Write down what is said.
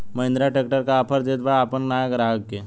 Mahindra tractor का offer देत बा अपना नया ग्राहक के?